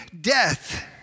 death